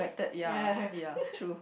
ya